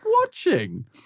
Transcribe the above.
watching